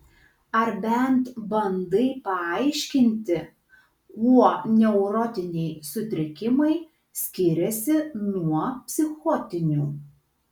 ar bent bandai paaiškinti kuo neurotiniai sutrikimai skiriasi nuo psichotinių